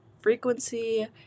frequency